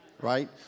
right